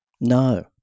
No